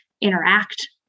interact